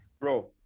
bro